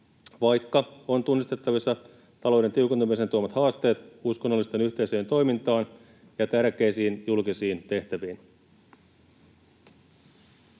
vaikka on tunnistettavissa talouden tiukentumisen tuomat haasteet uskonnollisten yhteisöjen toimintaan ja tärkeisiin julkisiin tehtäviin.